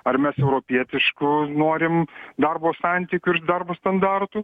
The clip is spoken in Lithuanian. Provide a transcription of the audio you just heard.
ar mes europietiškų norim darbo santykių ir darbo standartų